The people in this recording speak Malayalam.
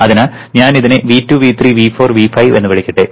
അതിനാൽ ഞാൻ ഇതിനെ V2 V3 V4 V5 എന്ന് വിളിക്കട്ടെ